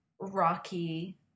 rocky